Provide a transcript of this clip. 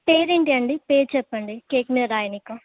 పేరేంటి అండి పేరు చెప్పండి కేక్ మీద రాయడానికి